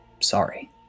Sorry